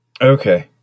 Okay